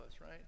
right